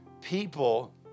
People